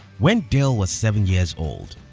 when dell was seven years old,